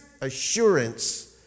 assurance